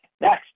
Next